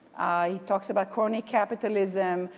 he talks about crony capitalism.